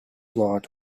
blot